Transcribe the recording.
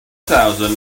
thousand